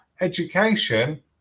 Education